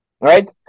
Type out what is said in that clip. right